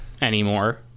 anymore